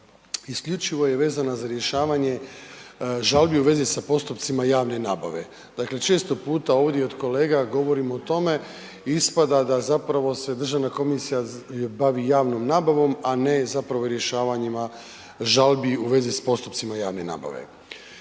isključivo je vezana za rješavanje žalbi u vezi sa postupcima javne nabave. Dakle, često puta ovdje i od kolega govorimo o tome ispada da zapravo se državna komisija bavi javnom nabavom, a ne zapravo rješavanjima žalbi u vezi s postupcima javne nabave.